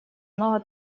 много